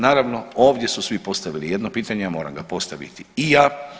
Naravno ovdje su svi postavili jedno pitanje, a moram postaviti i ja.